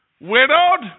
Widowed